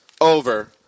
over